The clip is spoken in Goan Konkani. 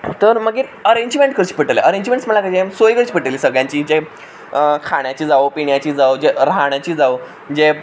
तर मागीर अरेंजमेंट करचें पडटलें अरेंजमेंट्स म्हणल्यार कितें सोय करची पडटली सगळ्यांची जे खाण्याची जावं पिण्याची जावं जे राहणाची जावं जे